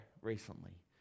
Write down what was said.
recently